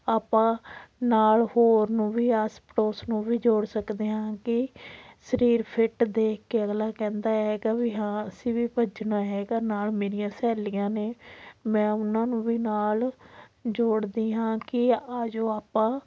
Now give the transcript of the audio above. ਆਪਾਂ ਨਾਲ਼ ਹੋਰ ਨੂੰ ਵੀ ਆਸ ਪੜੌਸ ਨੂੰ ਵੀ ਜੋੜ ਸਕਦੇ ਹਾਂ ਕਿ ਸਰੀਰ ਫਿੱਟ ਦੇਖ ਕੇ ਅਗਲਾ ਕਹਿੰਦਾ ਹੈਗਾ ਵੀ ਹਾਂ ਅਸੀਂ ਵੀ ਭੱਜਣਾ ਹੈਗਾ ਨਾਲ਼ ਮੇਰੀਆਂ ਸਹੇਲੀਆਂ ਨੇ ਮੈਂ ਉਹਨਾਂ ਨੂੰ ਵੀ ਨਾਲ਼ ਜੋੜਦੀ ਹਾਂ ਕਿ ਆਜੋ ਆਪਾਂ